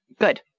Good